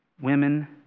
women